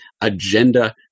agenda